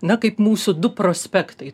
na kaip mūsų du prospektai